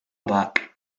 back